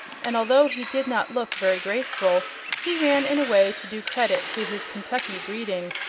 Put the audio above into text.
and although he did not look very graceful he ran in a way to do credit to his kentucky breeding.